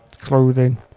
clothing